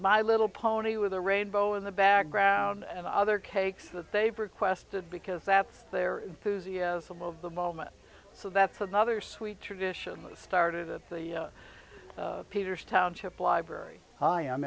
my little pony with a rainbow in the background and other cakes that they've requested because that's their enthusiasm of the moment so that's another sweet tradition started at the peters township library hi i'm